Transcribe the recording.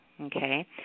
Okay